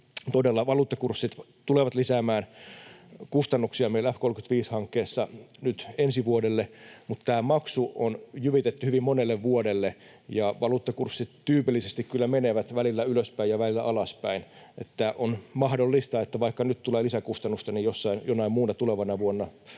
valuuttakurssit tulevat lisäämään kustannuksia meillä F-35-hankkeessa nyt ensi vuodelle, mutta tämä maksu on jyvitetty hyvin monelle vuodelle. Valuuttakurssit tyypillisesti kyllä menevät välillä ylöspäin ja välillä alaspäin, eli on mahdollista, että vaikka nyt tulee lisäkustannusta, niin jonain muuna tulevana vuonna